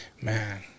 Man